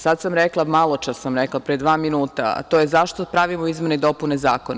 Sad sam rekla, maločas sam rekla, pre dva minuta, a to je zašto pravimo izmene i dopune zakona?